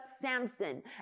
Samson